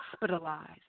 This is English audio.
hospitalized